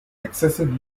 excessive